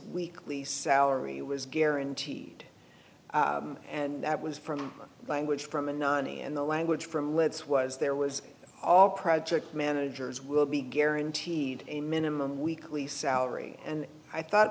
weekly salary was guaranteed and that was from language from and in the language from let's was there was a project managers will be guaranteed a minimum weekly salary and i thought